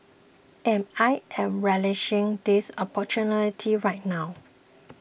and I am relishing this opportunity right now